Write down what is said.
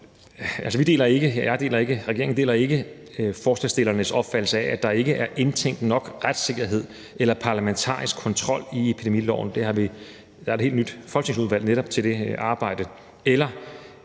regeringen deler ikke forslagsstillernes opfattelse af, at der ikke er indtænkt nok retssikkerhed eller parlamentarisk kontrol i epidemiloven – der er et helt nyt folketingsudvalg, der netop skal stå for det